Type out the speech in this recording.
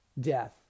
death